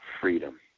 freedom